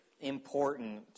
important